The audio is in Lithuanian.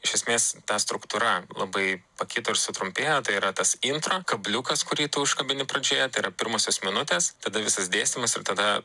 iš esmės ta struktūra labai pakito ir sutrumpėjo tai yra tas intra kabliukas kurį tu užkalbini pradžioje tai yra pirmosios minutės tada visas dėstymas ir tada